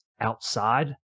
outside